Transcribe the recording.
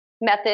method